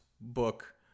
book